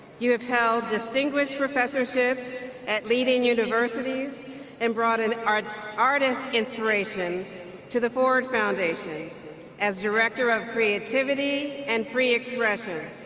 you have held distinguished professorships at leading universities and brought in art artists inspiration to the ford foundation as director of creativity and free expression,